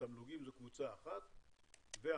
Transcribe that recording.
תמלוגים זו קבוצה אחת והמס,